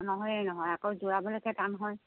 নহয় হে নহয় আকৌ জোৰাবলকৈ টান হয়